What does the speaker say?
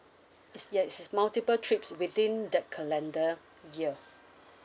it's ya this is multiple trips within the calendar year